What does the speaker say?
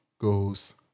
goes